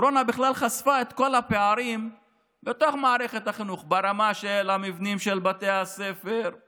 הקורונה חשפה את כל הפערים במערכת החינוך: ברמה של המבנים של בתי הספר,